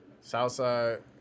Southside